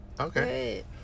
Okay